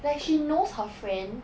like she knows her friend